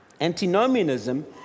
Antinomianism